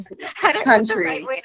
country